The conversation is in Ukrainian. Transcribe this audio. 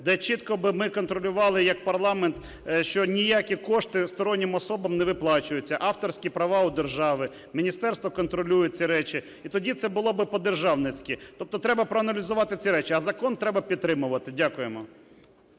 де чітко би ми контролювали як парламент, що ніякі кошти стороннім особам не виплачуються, авторські права у держави, міністерство контролює ці речі і тоді це було по-державницькі. Тобто треба проаналізувати ці речі. А закон треба підтримувати. Дякуємо.